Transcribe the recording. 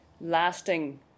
lasting